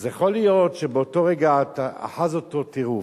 אז יכול להיות שבאותו רגע אחז אותו טירוף.